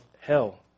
hell